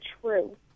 true